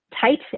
tight